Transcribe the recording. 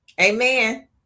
Amen